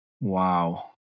Wow